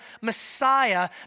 Messiah